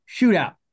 Shootout